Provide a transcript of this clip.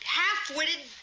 half-witted